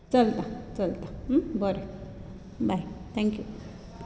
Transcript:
चलता चलता बरें बाय थँक्यू